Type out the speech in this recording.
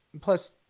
plus